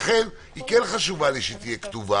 לכן חשוב לי שזה יהיה כתוב.